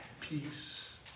peace